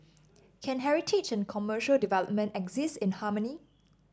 can heritage and commercial development exist in harmony